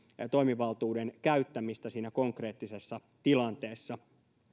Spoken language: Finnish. toimivaltuuden käyttämistä siinä konkreettisessa tilanteessa